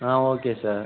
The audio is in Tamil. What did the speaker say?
ah okay sir